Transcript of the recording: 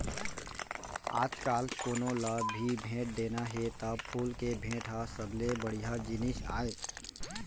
आजकाल कोनों ल भी भेंट देना हे त फूल के भेंट ह सबले बड़िहा जिनिस आय